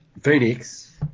Phoenix